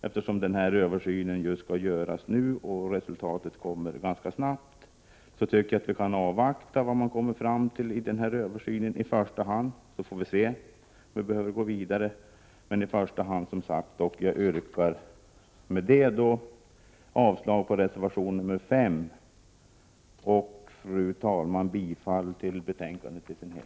Eftersom denna översyn nu pågår och resultatet kommer att läggas fram ganska snabbt, tycker jag att vi kan avvakta denna översyn och se vad man där kommer fram till. Sedan får vi se om vi behöver gå vidare. Fru talman! Med anledning av det anförda yrkar jag avslag på reservation 5 och bifall till utskottets hemställan.